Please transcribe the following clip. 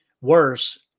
worse